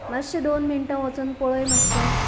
मातशें दोन मिनटां वचून पळय मातशें